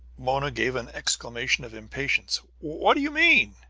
mona gave an exclamation of impatience. what do you mean?